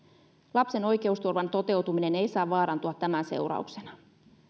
lapsen oikeusturvan toteutuminen ei saa vaarantua tämän seurauksena